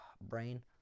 brain